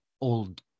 old